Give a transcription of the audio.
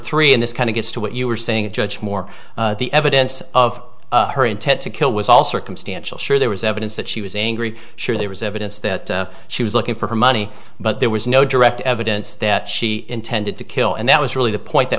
three in this kind of gets to what you were saying the judge more the evidence of her intent to kill was all circumstantial sure there was evidence that she was angry sure there was evidence that she was looking for money but there was no direct evidence that she intended to kill and that was really the point that